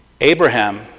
Abraham